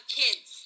kids